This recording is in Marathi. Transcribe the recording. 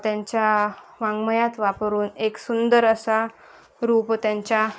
त्यांच्या वाङ्मयात वापरून एक सुंदर असा रूप त्यांच्या